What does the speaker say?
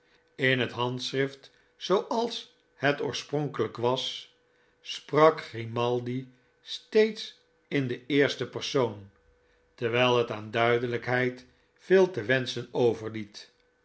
in het handschrift zooals het oorspronkelijk was sprak grimaldi steeds in den eersten persoon terwijl het aan duidelijkheid veel te wenschen overliet